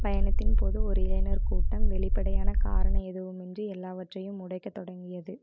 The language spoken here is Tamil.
பயணத்தின் போது ஒரு இளைஞர் கூட்டம் வெளிப்படையான காரணம் எதுவுமின்றி எல்லாவற்றையும் உடைக்கத் தொடங்கியது